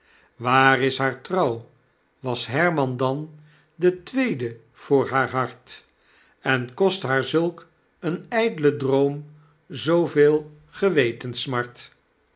waar is haar trouw was herman dan de tweede voor haar hart en kost haar zulk een pie droom zooveel gewetenssmart